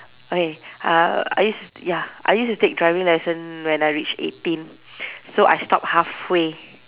okay uh I used ya I used to take driving licence when I reach eighteen so I stop halfway